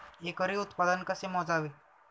एकरी उत्पादन कसे मोजावे?